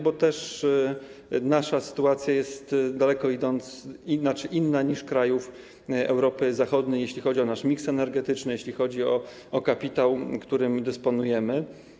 Bo też nasza sytuacja jest daleko inna niż krajów Europy Zachodniej, jeśli chodzi o nasz miks energetyczny, jeśli chodzi o kapitał, którym dysponujemy.